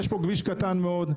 יש פה כביש קטן מאוד,